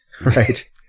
Right